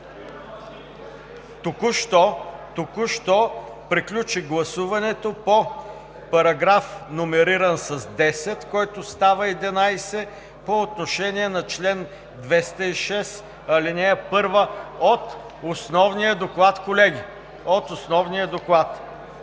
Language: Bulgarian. Току-що приключи гласуването по параграф, номериран с 10, който става 11, по отношение на чл. 206, ал. 1 от основния доклад, колеги. Преминаваме към